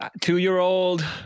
two-year-old